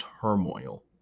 turmoil